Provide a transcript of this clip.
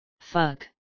Fuck